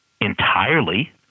entirely